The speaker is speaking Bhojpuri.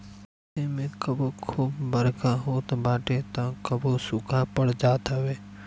अइसे में कबो खूब बरखा होत बाटे तअ कबो सुखा पड़ जात हवे